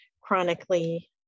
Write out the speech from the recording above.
chronically